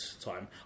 time